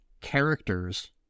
characters